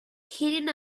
heading